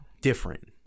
different